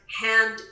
hand